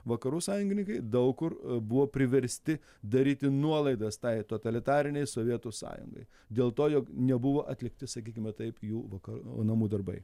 vakarų sąjungininkai daug kur buvo priversti daryti nuolaidas tai totalitarinei sovietų sąjungai dėl to jog nebuvo atlikti sakykime taip jų vaka namų darbai